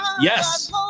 yes